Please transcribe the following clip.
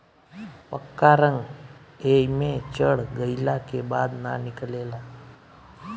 पक्का रंग एइमे चढ़ गईला के बाद ना निकले ला